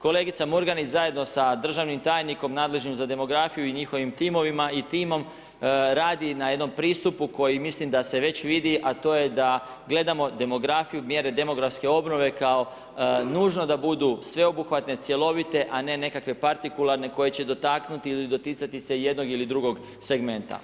Kolegica Murganić zajedno sa državnim tajnikom nadležnim za demografiju i njihovim timovima i timom radi na jednom pristupu koji mislim da se već vidi a to je da gledamo demografiju, mjere demografske obnove kao nužno da budu sveobuhvatne, cjelovite, a ne nekakve partikularne koje će dotaknuti ili doticati se jednog ili drugog segmenta.